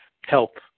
help